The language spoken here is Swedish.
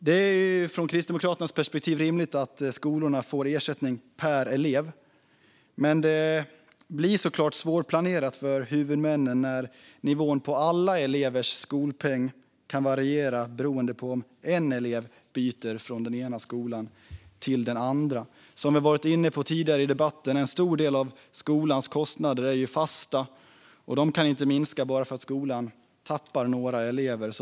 Det är från Kristdemokraternas perspektiv rimligt att skolorna får ersättning per elev, men det blir såklart svårplanerat för huvudmännen när nivån på alla elevers skolpeng kan variera beroende på om en elev byter från den ena skolan till den andra. Som vi har varit inne på tidigare i debatten är en stor del av skolans kostnader fasta och kan inte minska för att skolan tappar några elever.